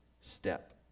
step